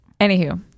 Anywho